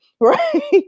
Right